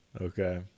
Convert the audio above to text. Okay